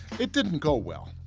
it didn't go well.